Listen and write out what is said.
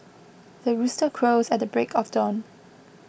the rooster crows at the break of dawn